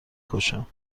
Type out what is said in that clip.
کشم